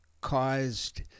caused